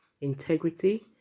integrity